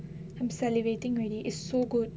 I'm salivating already is so good